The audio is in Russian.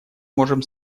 можем